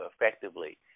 effectively